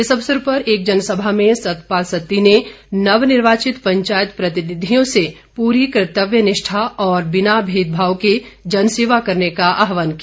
इस अवसर पर एक जनसभा में सतपाल सत्ती ने नवनिर्वाचित पंचायत प्रतिनिधियों से पूरी कर्तव्य निष्ठा और बिना भेदभाव के जन सेवा करने का आहवान किया